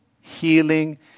healing